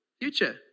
future